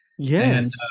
Yes